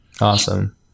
Awesome